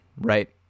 right